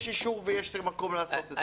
יש אישור ויש מקום לעשות זאת.